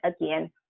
again